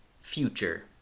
Future